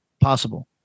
possible